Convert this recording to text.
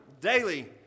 Daily